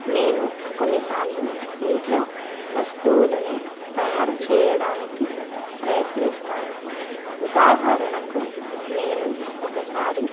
నేను కొన్నిసార్లు ఇంట్లో వస్తువులను తయారు చేయడానికి ప్రయత్నిస్తాను ఉదాహరణకు నేను ఒకసారి